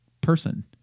person